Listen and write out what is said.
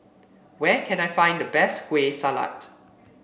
where can I find the best Kueh Salat